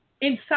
inside